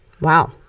Wow